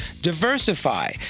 Diversify